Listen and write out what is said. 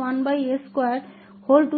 52मिलेगा